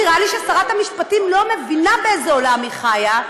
נראה לי ששרת המשפטים לא מבינה באיזה עולם היא חיה.